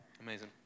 Amazing